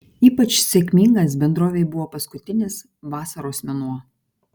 ypač sėkmingas bendrovei buvo paskutinis vasaros mėnuo